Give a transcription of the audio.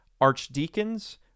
archdeacons